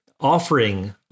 offering